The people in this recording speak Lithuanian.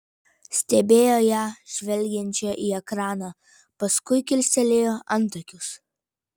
stebėjo ją žvelgiančią į ekraną paskui kilstelėjo antakius